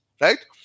right